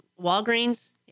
Walgreens